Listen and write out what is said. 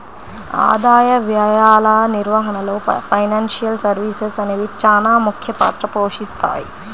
ఆదాయ వ్యయాల నిర్వహణలో ఫైనాన్షియల్ సర్వీసెస్ అనేవి చానా ముఖ్య పాత్ర పోషిత్తాయి